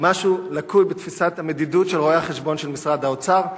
משהו לקוי בתפיסת המדידות של רואי-החשבון של משרד האוצר.